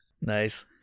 Nice